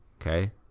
Okay